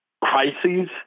crises